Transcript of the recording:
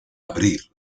abrir